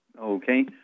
Okay